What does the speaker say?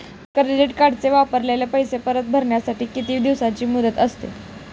Credit कार्डचे वापरलेले पैसे परत भरण्यासाठी किती दिवसांची मुदत असते?